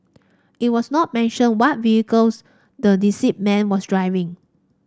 it was not mentioned what vehicles the deceased man was driving